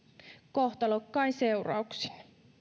kohtalokkain seurauksin